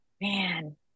man